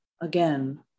again